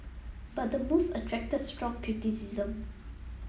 but the move attracted strong criticism